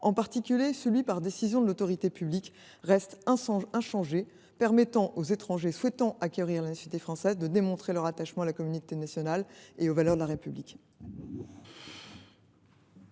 en particulier celui par décision de l’autorité publique, restent inchangés, permettant aux étrangers souhaitant acquérir la nationalité française de démontrer leur attachement à la communauté nationale et aux valeurs de la République.